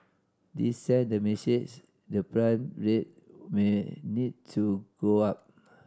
this send the message the prime rate may need to go up